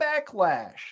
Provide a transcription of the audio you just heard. Backlash